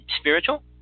spiritual